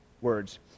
words